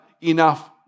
enough